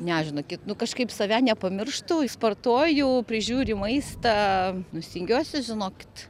ne žinokit nu kažkaip save nepamirštu sportuoju prižiūriu maistą nu stengiuosi žinokit